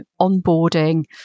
onboarding